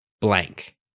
blank